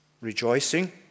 Rejoicing